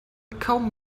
kaum